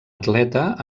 atleta